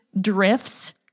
drifts